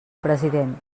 president